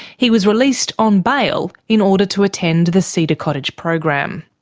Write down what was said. he was released on bail in order to attend the cedar cottage program.